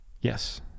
Yes